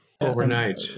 overnight